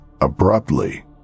Abruptly